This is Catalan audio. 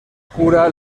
cura